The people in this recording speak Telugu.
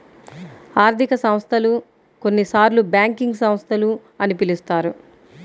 ఆర్థిక సంస్థలు, కొన్నిసార్లుబ్యాంకింగ్ సంస్థలు అని పిలుస్తారు